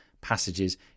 passages